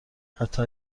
حتی